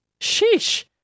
Sheesh